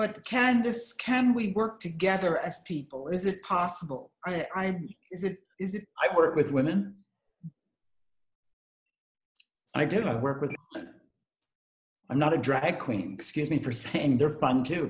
but candace can we work together as people is it possible i mean is it is it i work with women i do not work with i'm not a drag queen excuse me for saying they're fun to